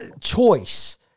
choice